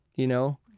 you know?